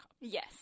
Yes